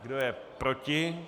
Kdo je proti?